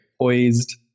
poised